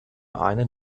eine